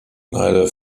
neither